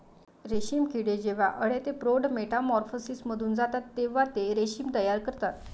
रेशीम किडे जेव्हा अळ्या ते प्रौढ मेटामॉर्फोसिसमधून जातात तेव्हा ते रेशीम तयार करतात